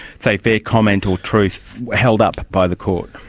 say, fair comment or truth held up by the court?